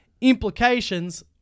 Implications